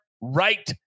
right